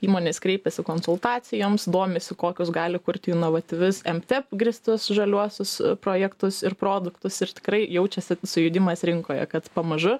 įmonės kreipiasi konsultacijoms domisi kokius gali kurti inovatyvius mte grįstus žaliuosius projektus ir produktus ir tikrai jaučiasi sujudimas rinkoje kad pamažu